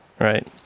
right